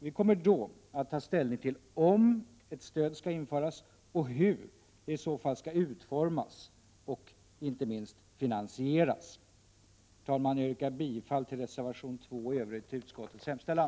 Vi kommer då att ta ställning till om ett stöd skall införas och hur det i så fall skall utformas och inte minst hur det skall finansieras. Herr talman! Jag yrkar bifall till reservation 2 och i övrigt till utskottets hemställan.